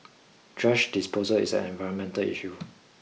thrash disposal is an environmental issue